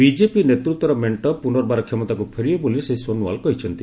BJP ନେତୃତ୍ୱର ମେଣ୍ଟ ପୁନର୍ବାର କ୍ଷମତାକୁ ଫେରିବ ବୋଲି ଶ୍ରୀ ସୋନୱାଲ୍ କହିଛନ୍ତି